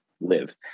live